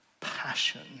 passion